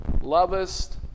Lovest